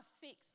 fixed